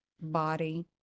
body